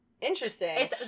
Interesting